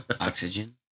Oxygen